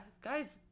guys